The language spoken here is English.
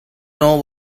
know